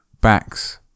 backs